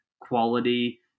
quality